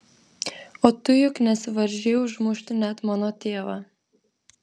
o tu juk nesivaržei užmušti net mano tėvą